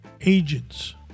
agents